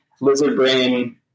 lizard-brain